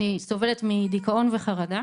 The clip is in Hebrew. אני סובלת מדיכאון וחרדה